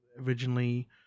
originally